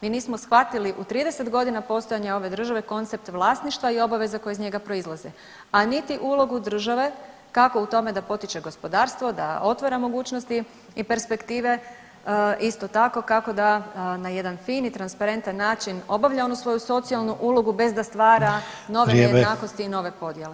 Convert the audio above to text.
Mi nismo shvatili u 30 godina postojanja ove države koncept vlasništva i obaveza koje iz njega proizlaze, a niti ulogu države kako u tome da potiče gospodarstvo, da otvara mogućnosti i perspektive, isto tako kako da na jedan fini, transparentan način obavlja onu svoju socijalnu ulogu bez da stvar nove nejednakosti i nove podjele.